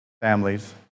families